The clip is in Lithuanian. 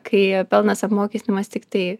kai pelnas apmokestinamas tiktai